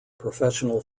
professional